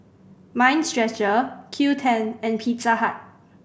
Mind Stretcher Qoo Ten and Pizza Hut